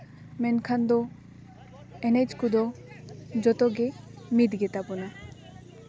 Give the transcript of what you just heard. ᱢᱮᱱᱠᱷᱟᱱ ᱫᱚ ᱮᱱᱮᱡ ᱠᱚᱫᱚ ᱡᱚᱛᱜᱮ ᱢᱤᱫ ᱜᱮᱛᱟ ᱵᱚᱱᱟ